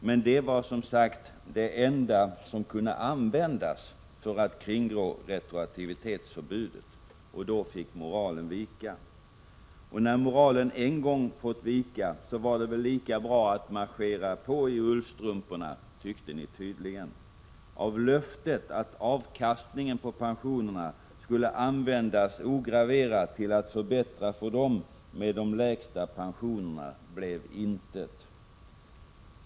Men det var, som sagt, det enda som kunde användas för att kringgå retroaktivitetsförbudet. Då fick moralen vika. Och när moralen en gång fått vika var det väl lika bra att marschera på i ullstrumporna, tyckte ni tydligen. Av löftet att avkastningen på pensionsskatten ograverad skulle användas till att förbättra för dem med de lägsta pensionerna blev intet.